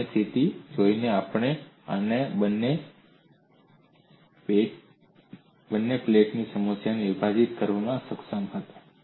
સીમાની સ્થિતિ જોઈને આપણે આને બે પેટા સમસ્યાઓમાં વિભાજીત કરવામાં સક્ષમ હતા